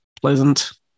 pleasant